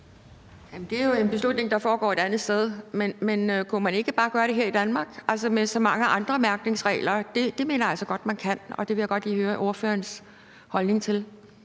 det er jo en beslutning, der tages et andet sted. Man kunne man ikke bare gøre det her i Danmark ligesom med så mange andre mærkningsregler? Det mener jeg altså godt at man kan, og det vil jeg godt lige høre ordførerens holdning til.